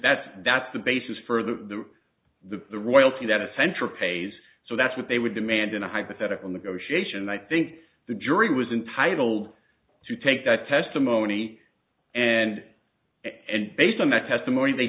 that that's the basis for the the the royalty that a center pays so that's what they would demand in a hypothetical negotiation i think the jury was entitled to take that testimony and and based on that testimony they